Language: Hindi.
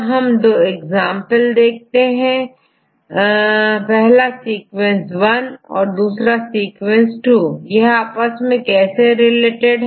अब दो उदाहरण देखते हैं पहला सीक्वेंस वन और सीक्वेंस टू यह आपस में कैसे रिलेटेड है